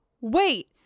wait